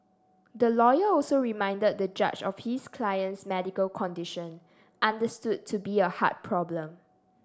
the lawyer also reminded the judge of his client's medical condition understood to be a heart problem